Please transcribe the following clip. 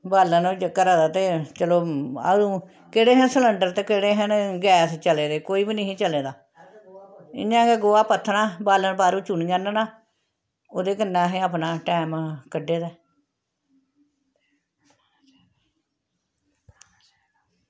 बालन होई जा घरै दा ते चलो अं'ऊ केह्ड़े हे सिलेंडर ते केह्ड़े हन गैस चले दे कोई बी निं हा चले दा इं'या गै गोहा पत्थना बालन बाह्रू चुनी आह्नना ओह्दे कन्नै अहें अपना टैम कड्ढे दा